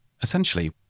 Essentially